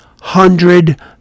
hundred